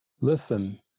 listen